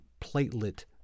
platelet